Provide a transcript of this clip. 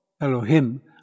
Elohim